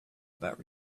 about